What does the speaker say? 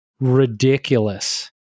ridiculous